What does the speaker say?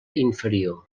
inferior